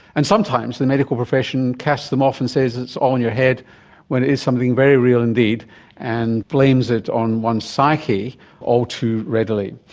and sometimes the medical profession casts them off and says it's all in your head when it is something very real indeed and blames it on one's psyche all too readily.